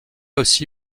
aussi